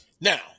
Now